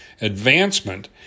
advancement